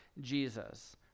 Jesus